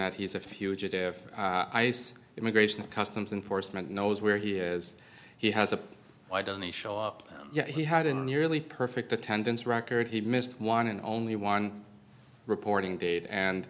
that he's a fugitive ice immigration and customs enforcement knows where he is he has a why don't they show up yet he had a nearly perfect attendance record he missed one in only one reporting date and